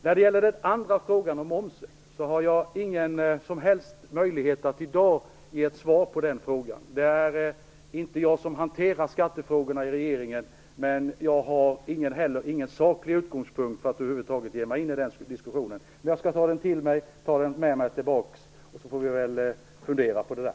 När det gäller den andra frågan, om momsen, har jag ingen som helst möjlighet att i dag ge ett svar på den frågan. Det är inte jag som hanterar skattefrågorna i regeringen, och jag har heller ingen saklig utgångspunkt för att över huvud taget ge mig in i den diskussionen. Men jag skall ta den till mig och ta den med mig tillbaka, och så får vi fundera på det där.